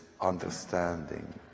understanding